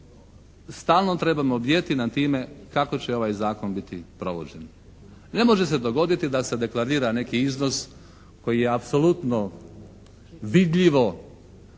stalno trebamo bdjeti nad time kako će ovaj Zakon biti provođen. Ne može se dogoditi da se deklarira neki iznos koji je apsolutno vidljivo,